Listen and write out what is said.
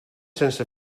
sense